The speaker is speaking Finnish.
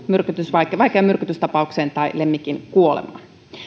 vaikeaan myrkytystapaukseen tai lemmikin kuolemaan